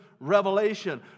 revelation